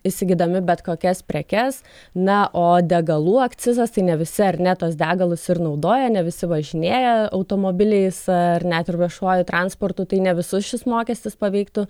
įsigydami bet kokias prekes na o degalų akcizas tai ne visi ar ne tuos degalus ir naudoja ne visi važinėja automobiliais ar net ir viešuoju transportu tai ne visus šis mokestis paveiktų